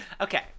Okay